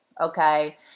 okay